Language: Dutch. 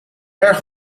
erg